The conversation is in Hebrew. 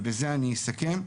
ובזה אני אסכם.